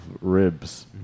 ribs